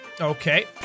Okay